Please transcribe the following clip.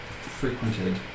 frequented